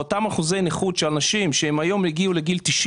באותם אחוזי נכות של אנשים שהיום הגיעו לגיל 90